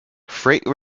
freight